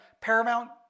Paramount